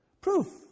Proof